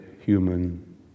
human